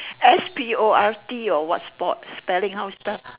sport or what sports spelling how spell